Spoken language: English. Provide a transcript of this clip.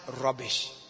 rubbish